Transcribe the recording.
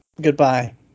goodbye